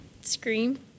scream